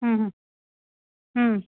हम्म हम्म